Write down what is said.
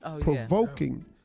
provoking